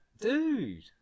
dude